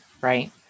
right